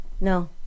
No